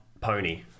Pony